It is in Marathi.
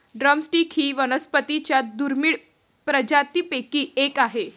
ड्रम स्टिक ही वनस्पतीं च्या दुर्मिळ प्रजातींपैकी एक आहे